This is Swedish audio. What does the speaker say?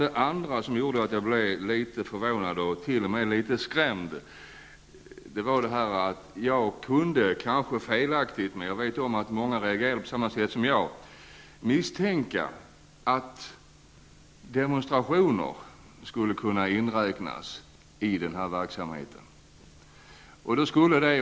Det andra som gjorde mig litet förvånad och t.o.m. litet skrämd var att jag fick en misstanke om -- den misstanken var kanske felaktig, men jag vet att många reagerade precis som jag -- att demonstrationer skulle kunna inbegripas i detta.